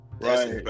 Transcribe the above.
Right